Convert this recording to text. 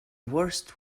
worst